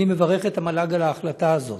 אני מברך את המל"ג על ההחלטה הזאת,